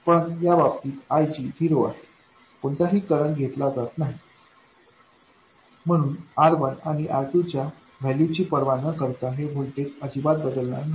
पण या बाबतीत IG झिरो आहे कोणताही करंट घेतल्या जात नाही म्हणूनR1आणि R2च्या व्हॅल्यू ची पर्वा न करता हे व्होल्टेज अजिबात बदलणार नाही